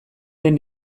den